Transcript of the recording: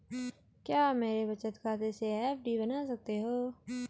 क्या आप मेरे बचत खाते से एफ.डी बना सकते हो?